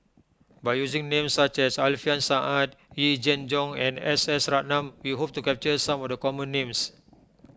by using names such as Alfian Sa'At Yee Jenn Jong and S S Ratnam we hope to capture some of the common names